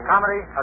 comedy